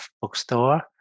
bookstore